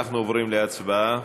אנחנו עוברים להצבעה.